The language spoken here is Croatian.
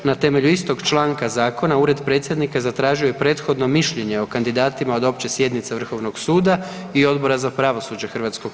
1. Na temelju istog članka zakona ured predsjednika zatražio je prethodno mišljenje o kandidatima od opće sjednice vrhovnog suda i Odbora za pravosuđe HS.